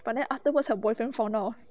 but then afterwards her boyfriend found out